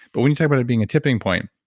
but when you talk about it being a tipping point,